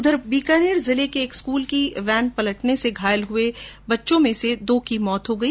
उधर बीकानेर जिले में एक स्कूल की वेन पलटने से घायल हुए बच्चों में से दो की मौत हो गई